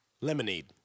Lemonade